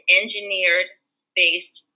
engineered-based